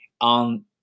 on